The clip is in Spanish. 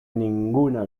ninguna